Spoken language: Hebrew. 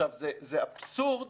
זה אבסורד